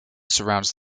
surrounds